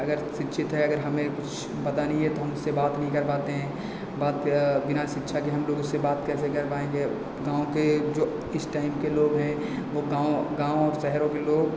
अगर शिक्षित है अगर हमें कुछ पता नहीं है तो हम उससे बात नहीं कर पाते हैं बात बिना शिक्षा के हम लोग उसे बात कैसे कर पाएँगे गाँव के जो इस टाइम के लोग हैं वह गाँव गाँव और शहरों के लोग